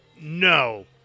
no